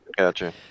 gotcha